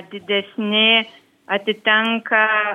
didesni atitenka